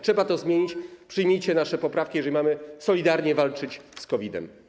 Trzeba to zmienić, przyjmijcie nasze poprawki, jeżeli mamy solidarnie walczyć z COVID-em.